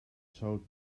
showed